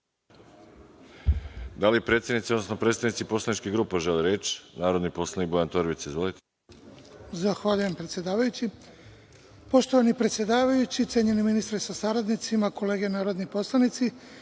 li predsednici, odnosno predstavnici poslaničkih grupa žele reč? Reč ima narodni poslanik Bojan Torbica. Izvolite. **Bojan Torbica** Zahvaljujem, predsedavajući. Poštovani predsedavajući, cenjeni ministre sa saradnicima, kolege narodni poslanici,